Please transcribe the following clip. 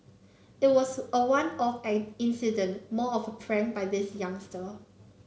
it was a one off incident more of prank by this youngster